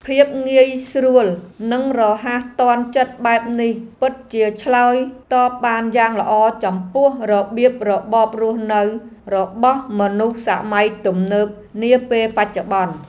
ភាពងាយស្រួលនិងរហ័សទាន់ចិត្តបែបនេះពិតជាឆ្លើយតបបានយ៉ាងល្អចំពោះរបៀបរបបរស់នៅរបស់មនុស្សនាសម័យទំនើបនាពេលបច្ចុប្បន្ន។